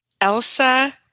Elsa